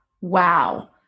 Wow